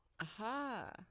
Aha